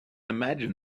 imagine